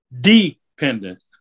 dependent